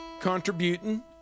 contributing